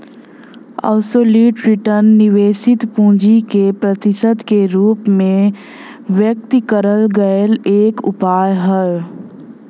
absolute return निवेशित पूंजी के प्रतिशत के रूप में व्यक्त करल गयल एक उपाय हौ